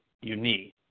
unique